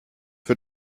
für